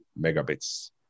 megabits